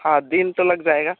हाँ दिन तो लग जाएगा